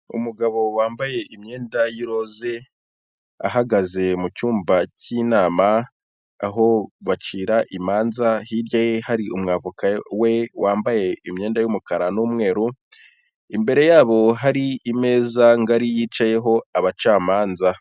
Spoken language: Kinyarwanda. Umugabo wambaye imyenda y'iroze, ahagaze mu cyumba cy'inama aho bacira imanza. Hirya ye hari umu avoka we wambaye imyenda y'umukara n'umweru, imbere yabo hari imeza ngari yicayeho abacamanza.